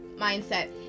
mindset